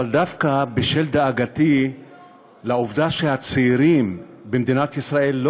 אבל דווקא בשל דאגתי מהעובדה שהצעירים במדינת ישראל לא